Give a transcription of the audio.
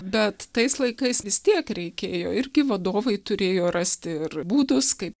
bet tais laikais vis tiek reikėjo irgi vadovai turėjo rasti ir būdus kaip